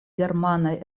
germanaj